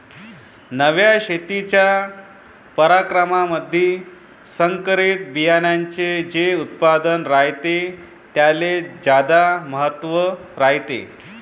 नव्या शेतीच्या परकारामंधी संकरित बियान्याचे जे उत्पादन रायते त्याले ज्यादा महत्त्व रायते